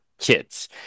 Kids